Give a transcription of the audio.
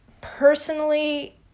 Personally